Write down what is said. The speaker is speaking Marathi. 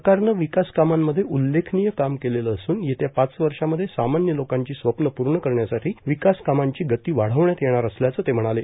सरकारनं विकास कामांमध्ये उल्लेखनीय काम केलेलं असून येत्या पाच वर्षांमध्ये सामान्य लोकांची स्वप्न पूर्ण करण्यासाठी विकास कामांची गती वाढवण्यात येणार असल्याचं ते म्हणाले